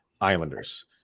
Islanders